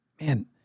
man